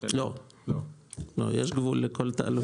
לא, יש גבול לכל תעלול.